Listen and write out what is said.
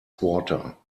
quarter